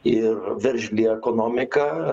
ir veržli ekonomika